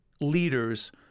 leaders